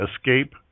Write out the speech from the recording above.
escape